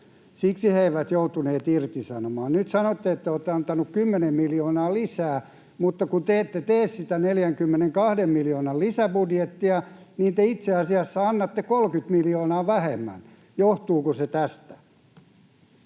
Siksi he eivät joutuneet irtisanomaan. Nyt sanotte, että olette antanut 10 miljoonaa lisää, mutta kun te ette tee sitä 42 miljoonan lisäbudjettia, niin te itse asiassa annatte 30 miljoonaa vähemmän. Johtuuko se tästä?